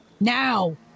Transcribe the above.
Now